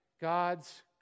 God's